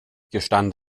gestand